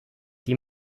die